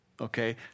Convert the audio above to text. okay